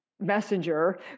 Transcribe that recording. messenger